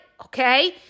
Okay